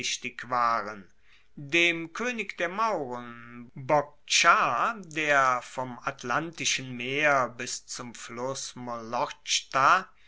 waren dem koenig der mauren bocchar der vom atlantischen meer bis zum fluss